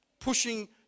pushing